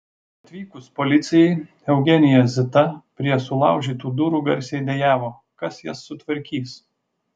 atvykus policijai eugenija zita prie sulaužytų durų garsiai dejavo kas jas sutvarkys